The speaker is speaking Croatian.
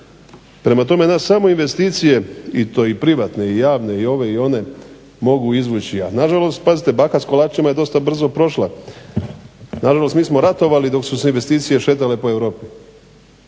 Prema tome nas samo investicije i to i privatne i javne i ove i one mogu izvući. A nažalost pazite baka s kolačima je dosta brzo prošla. Nažalost mi smo ratovali dok su se investicije šetale po Europi.